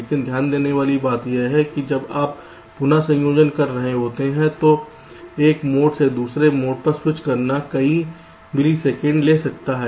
लेकिन ध्यान देने वाली बात यह है कि जब आप पुन संयोजन कर रहे होते हैं तो एक मोड से दूसरे मोड पर स्विच करना कई मिलीसेकंड ले सकता है